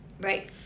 Right